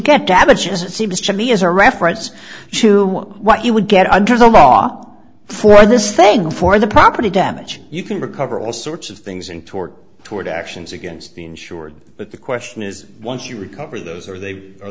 get damages it seems to me as a reference to what you would get under the law for this thing for the property damage you can recover all sorts of things in tort toward actions against the insured but the question is once you recover those are they are